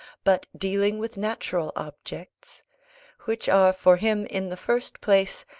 but dealing with natural objects which are for him, in the first place,